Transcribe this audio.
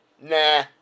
Nah